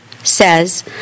says